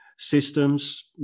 systems